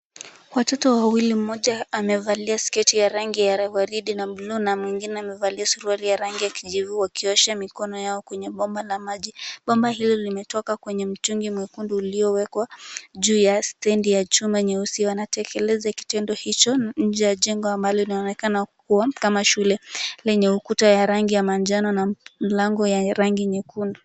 Watoto wawili, mmoja amevalia sketi ya rangi ya waridi na bluu, na mwingine amevalia suruali ya rangi ya kijivu, wakiosha mikono yao kwenye bomba la maji. Bomba hilo limetoka kwenye mtungi mwekundu, uliowekwa juu ya stendi ya chuma nyeusi. Wanatekeleza kitendo hicho, nje ya jengo ambalo linaonekana kuwa kama shule. Lenye ukuta ya rangi ya manjano, na mlango ya rangi nyekundu.